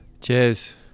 Cheers